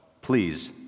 Please